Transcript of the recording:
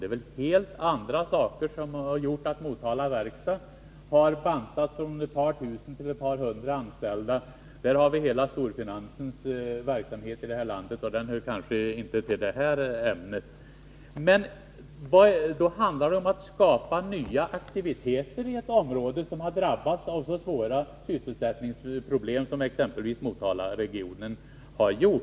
— Det är helt andra saker som gjort att Motala verkstad har bantats från ett par tusen till ett par hundra anställda — där kommer hela storfinansens verksamhet här i landet in, och den hör väl kanske inte till det här ämnet! Det handlar om att skapa nya aktiviteter i ett område som har drabbats av så svåra sysselsättningsproblem som exempelvis Motalaregionen gjort.